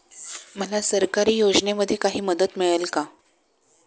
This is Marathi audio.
मला सरकारी योजनेमध्ये काही मदत मिळेल का?